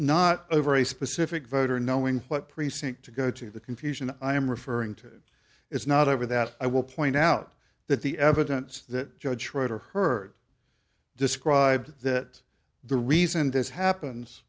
not a very specific voter knowing what precinct to go to the confusion i am referring to is not over that i will point out that the evidence that judge schroeder heard described that the reason this happens